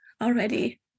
already